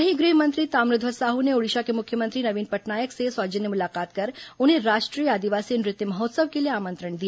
वहीं गृह मंत्री ताम्रध्वज साहू ने ओडिशा के मुख्यमंत्री नवीन पटनायक से सौजन्य मुलाकात कर उन्हें राष्ट्रीय आदिवासी नृत्य महोत्सव के लिए आमंत्रण दिया